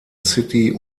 city